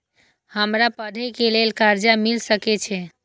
हमरा पढ़े के लेल कर्जा मिल सके छे?